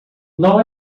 não